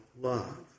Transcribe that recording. love